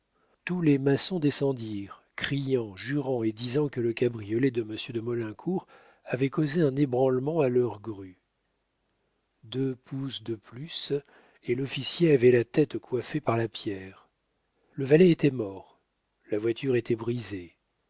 tous les maçons descendirent criant jurant et disant que le cabriolet de monsieur de maulincour avait causé un ébranlement à leur grue deux pouces de plus et l'officier avait la tête coiffée par la pierre le valet était mort la voiture était brisée